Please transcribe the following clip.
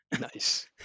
nice